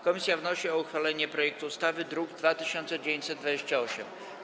Komisja wnosi o uchwalenie projektu ustawy, druk nr 2928.